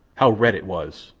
how red it was!